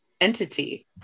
entity